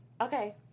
Okay